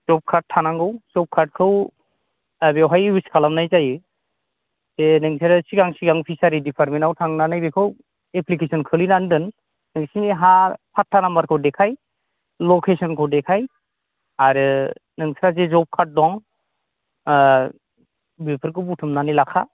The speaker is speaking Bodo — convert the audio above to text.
जब कार्ड थानांगौ जब कार्डखौ दा बेवहाय इयुस खालामनाय जायो बे नोंसोरो सिगां सिगां फिसारि डिपार्टमेन्टआव थांनानै बेखौ एप्लिकेसन खोख्लैनानै दोन नोंसिनि हा पाट्टा नाम्बारखौ देखाय लकेसनखौ देखाय आरो नोंस्रा जे जब कार्ड दं बेफोरखौ बुथुमनानै लाखा